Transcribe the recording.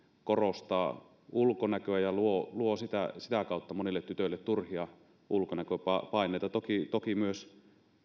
korostaa ulkonäköä ja luo sitä sitä kautta monille tytöille turhia ulkonäköpaineita toki toki myös